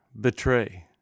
betray